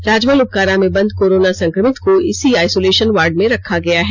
राजमहल उपकारा में बंद कोरोना संक्रमित को इसी आइसोलेषन वार्ड में रखा गया है